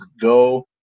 Go